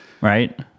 right